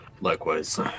likewise